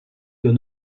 doit